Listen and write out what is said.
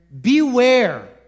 Beware